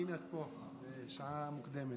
והינה את פה בשעה מוקדמת.